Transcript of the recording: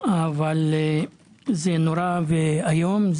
אבל זה נורא ואיום.